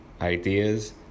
ideas